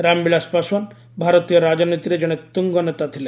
ରାମବିଳାସ ପାଶଓ୍ୱାନ ଭାରତୀୟ ରାଜନୀତିରେ ଜଣେ ତୁଙ୍ଗ ନେତା ଥିଲେ